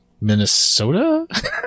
minnesota